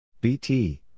BT